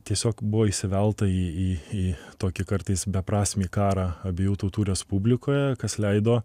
tiesiog buvo įsivelta į į į tokį kartais beprasmį karą abiejų tautų respublikoje kas leido